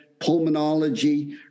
pulmonology